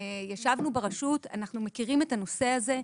ישבנו ברשות, אנחנו מכירים את הנושא הזה.